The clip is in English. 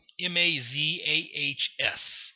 M-A-Z-A-H-S